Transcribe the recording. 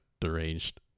deranged